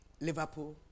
Liverpool